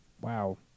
Wow